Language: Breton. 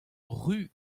ruz